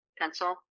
Pencil